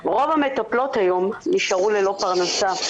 רוב המטפלות היום נותרו ללא פרנסה.